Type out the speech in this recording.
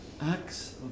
acts